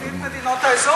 זה יביא את מדינות האזור,